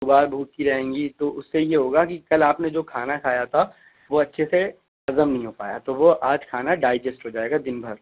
صبح بھوکی رہیں گی تو اس سے یہ ہوگا کہ کل آپ نے جو کھانا کھایا تھا وہ اچھے سے ہضم نہیں ہو پایا تو وہ آج کھانا ڈائجسٹ ہو جائے گا دن بھر